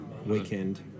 Weekend